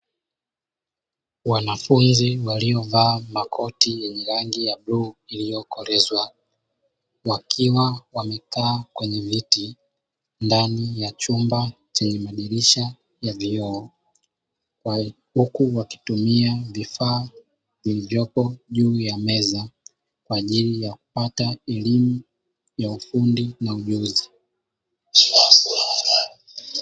Wanafunzi waliovaa makoti yenye rangi ya bluu iliyokolezwa wakiwa wamekaa kwenye viti ndani ya chumba chenye madirisha ya vioo, huku wakitumia vifaa vilivyopo juu ya meza kwa ajili ya kupata elimu ya ufundi na ujuzi.